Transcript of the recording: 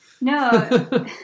No